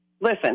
listen